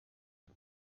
twe